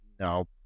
No